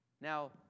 Now